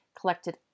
collected